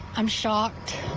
i'm shocked.